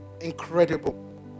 incredible